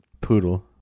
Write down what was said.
Poodle